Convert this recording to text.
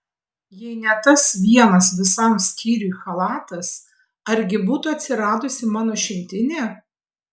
jei ne tas vienas visam skyriui chalatas argi būtų atsiradusi mano šimtinė